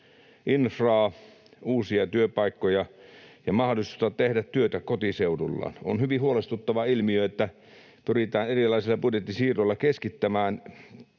infraa, uusia työpaikkoja ja mahdollisuutta tehdä työtä kotiseudullaan. On hyvin huolestuttava ilmiö, että pyritään erilaisilla budjettisiirroilla keskittämään